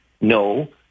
no